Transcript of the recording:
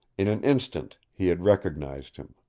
in an instant he had recognized him.